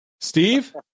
Steve